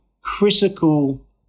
critical